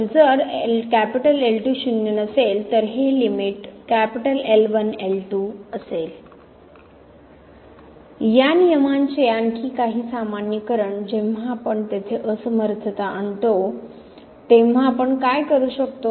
तर जर L2 शून्य नसेल तर हे लिमिट L1 L2 असेल या नियमांचे आणखी काही सामान्यीकरण जेव्हा आपण तेथे असमर्थता आणतो तेव्हा आपण कार्य करू शकतो